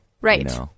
Right